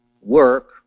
work